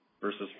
versus